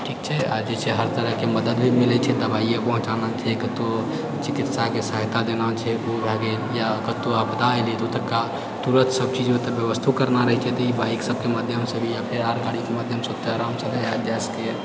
ठीक छै आओर जे छै हर तरहके मदति भी मिलै छै दबाइये पहुँचाना छै कतौ चिकित्साके सहायता देना छै उ भए गेल या कतौ आपदा एलै तऽ ओतुका तुरत सब चीज व्यवस्थो करना रहै छै तऽ ई बाइक सबके माध्यमसँ भी या फेर आर गाड़ीके माध्यमसँ ओतय आरामसँ जा सकै यऽ